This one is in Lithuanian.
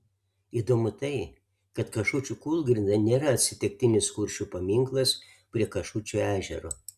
įdomu tai kad kašučių kūlgrinda nėra atsitiktinis kuršių paminklas prie kašučių ežero